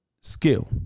skill